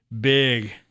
big